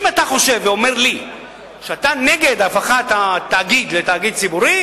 אם אתה חושב ואומר לי שאתה נגד הפיכת המולמו"פ לתאגיד ציבורי,